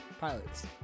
pilots